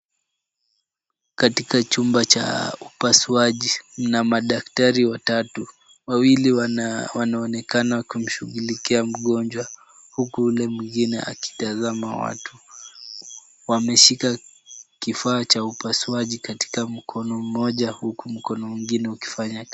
Katika chumba cha upasuaji, mna madaktari watatu, wawili wanaonekana kumshughulikia mgonjwa, huku yule mwingine akitazama. Wameshika kifaa cha upasuaji katika mkono mmoja huku mkono mwingine ukifanya kazi.